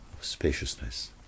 Spaciousness